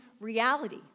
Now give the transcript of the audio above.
reality